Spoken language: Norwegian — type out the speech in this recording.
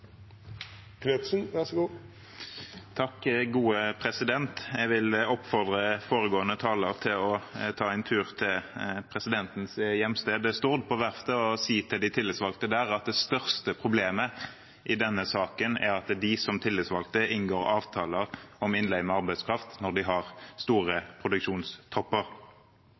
vil oppfordre foregående taler til å ta en tur til presidentens hjemsted Stord, til verftet, og si til de tillitsvalgte der at det største problemet i denne saken er at de som tillitsvalgte inngår avtaler om innleie av arbeidskraft når de har store